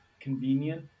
convenient